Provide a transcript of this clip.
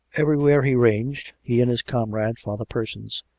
everywhere he ranged, he and his comrade. father persons,